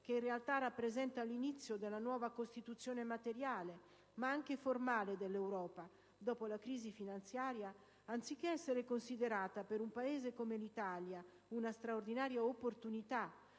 che in realtà rappresenta l'inizio della nuova costituzione materiale, ma anche formale dell'Europa dopo la crisi finanziaria, anziché essere considerato per un Paese come l'Italia una straordinaria opportunità,